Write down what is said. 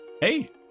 hey